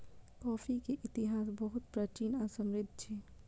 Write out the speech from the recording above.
coffee के इतिहास बहुत प्राचीन आ समृद्धि अछि